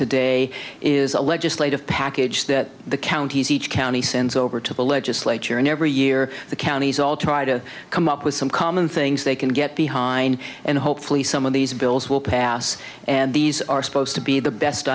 today is a legislative package that the counties each county sends over to the legislature and every year the counties all try to come up with some common things they can get behind and hopefully some of these bills will pass and these are supposed to be the best